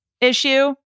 issue